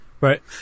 Right